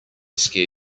scare